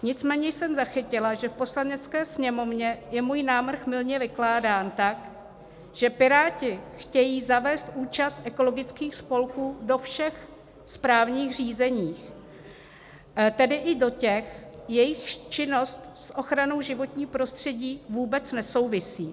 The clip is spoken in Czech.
Nicméně jsem zachytila, že v Poslanecké sněmovně je můj návrh mylně vykládán tak, že Piráti chtějí zavést účast ekologických spolků do všech správních řízení, tedy i do těch, jejichž činnost s ochranou životního prostředí vůbec nesouvisí.